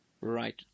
Right